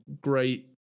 great